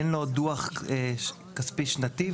אין לו דו"ח כספי שנתי,